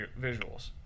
visuals